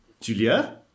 Julia